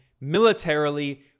militarily